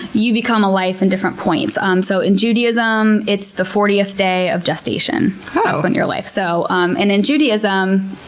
you become a life in different points. um so in judaism, it's the fortieth day of gestation. that's when you're life. so um and in judaism,